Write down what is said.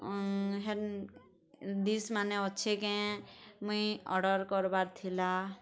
ଡିସ୍ମାନେ ଅଛେ କେଁ ମୁଇଁ ଅର୍ଡ଼ର୍ କରବାର୍ ଥିଲା